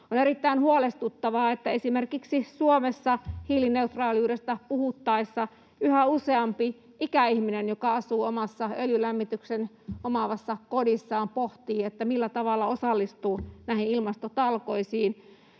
On erittäin huolestuttavaa, että esimerkiksi Suomessa hiilineutraaliudesta puhuttaessa yhä useampi ikäihminen, joka asuu omassa öljylämmityksen omaavassa kodissaan, pohtii, että millä tavalla osallistuu näihin ilmastotalkoisiin.